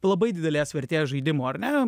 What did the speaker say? labai didelės vertės žaidimų ar ne